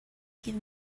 give